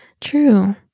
true